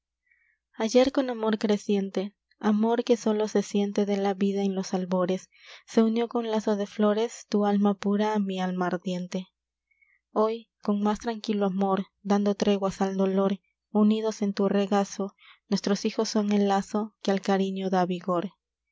ayer con amor creciente amor que sólo se siente de la vida en los albores se unió con lazo de flores tu alma pura á mi alma ardiente hoy con más tranquilo amor dando treguas al dolor unidos en tu regazo nuestros hijos son el lazo que al cariño dá vigor